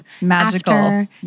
Magical